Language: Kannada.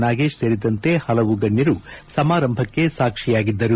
ನಾಗೇಶ್ ಸೇರಿದಂತೆ ಹಲವು ಗಣ್ಣರು ಸಮಾರಂಭಕ್ಕೆ ಸಾಕ್ಷಿಯಾಗಿದ್ದರು